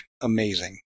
amazing